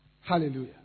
Hallelujah